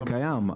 זה קיים.